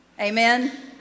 Amen